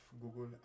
google